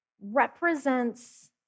represents